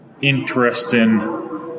Interesting